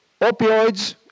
Opioids